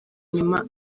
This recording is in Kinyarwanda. inyuma